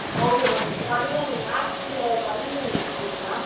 okay ma'am இப்போ பார்த்தீங்கன்னா எனக்கு மேக்ஸ்ல கணினியன் புக் மேம்